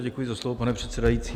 Děkuji za slovo, pane předsedající.